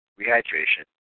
rehydration